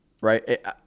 right